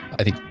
i think,